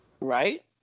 Right